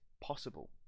possible